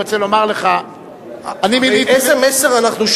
לא, אם זאת הצעה לסדר-היום,